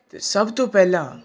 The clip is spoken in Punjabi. ਅਤੇ ਸਭ ਤੋਂ ਪਹਿਲਾਂ